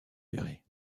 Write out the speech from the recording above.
ferrées